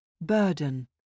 Burden